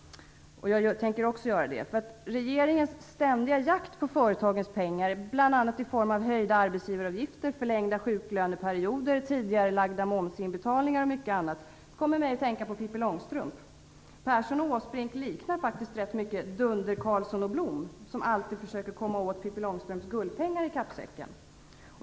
Jag tänker också göra det. Regeringens ständiga jakt på företagens pengar bl.a. i form av höjda arbetsgivaravgifter, förlängda sjuklöneperioder, tidigarelagda momsinbetalningar och mycket annat kommer mig att tänka på Pippi Långstrump. Persson och Åsbrink liknar faktiskt rätt mycket Dunder-Karlsson och Blom som alltid försöker att komma åt Pippi Långstrumps guldpengar i kappsäcken.